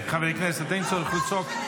--- חברי הכנסת, אין צורך לצעוק.